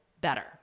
better